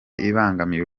ibangamiye